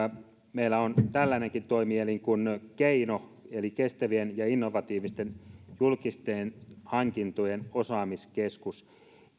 meillä on tällainenkin toimielin kuin keino eli kestävien ja innovatiivisten julkisten hankintojen osaamiskeskus